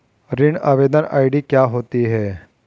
ऋण आवेदन आई.डी क्या होती है?